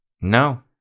no